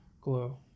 Glow